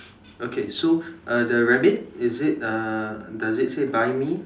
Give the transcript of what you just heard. okay so uh the rabbit is it uh does it say buy me